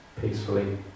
peacefully